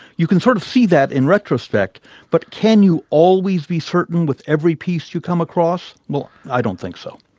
you can sort of see that in retrospect but can you always be certain with every piece you come across? no, i don't think so.